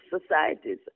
societies